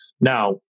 now